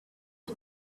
are